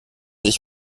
sich